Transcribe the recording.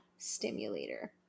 stimulator